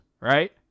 right